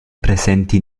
presenti